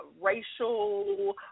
racial